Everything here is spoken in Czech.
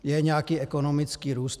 Je nějaký ekonomický růst.